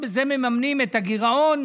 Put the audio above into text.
ובזה מממנים את הגירעון,